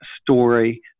story